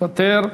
מוותר.